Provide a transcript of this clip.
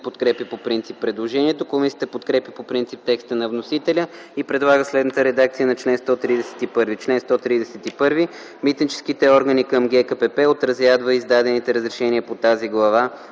подкрепя по принцип предложението. Комисията подкрепя по принцип текста на вносителя и предлага следната редакция на чл. 131: „Чл. 131. Митническите органи към ГКПП отразяват в издадените разрешения по тази глава